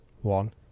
One